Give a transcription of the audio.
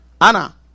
Anna